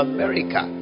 America